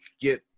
get